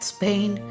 Spain